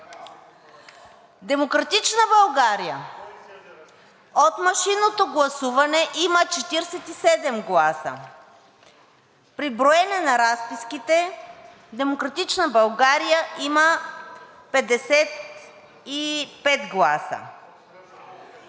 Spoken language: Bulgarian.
„Демократична България“ от машинното гласуване има 47 гласа. При броене на разписките „Демократична България“ има 55 гласа.